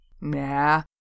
Nah